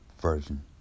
version